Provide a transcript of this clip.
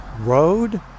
Road